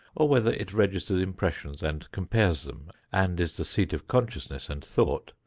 or whether it registers impressions and compares them and is the seat of consciousness and thought,